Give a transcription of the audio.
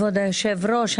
כבוד היושב-ראש,